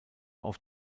auf